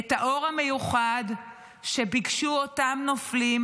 את האור המיוחד שביקשו אותם נופלים